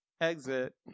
exit